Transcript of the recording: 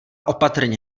opatrně